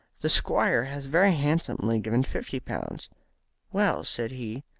the squire has very handsomely given fifty pounds well, said he,